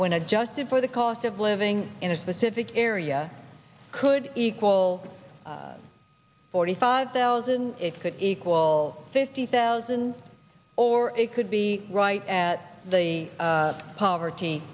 when adjusted for the cost of living in a specific area could equal forty five thousand it could equal fifty thousand or it could be right at the poverty